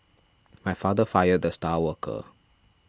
my father fired the star worker